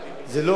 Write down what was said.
זה לא הוגן,